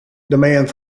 demand